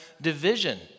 division